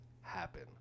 happen